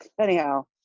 Anyhow